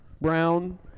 Brown